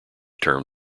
term